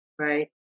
Right